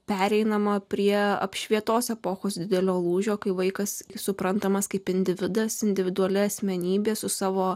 pereinama prie apšvietos epochos didelio lūžio kai vaikas suprantamas kaip individas individuali asmenybė su savo